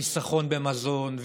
חיסכון במזון,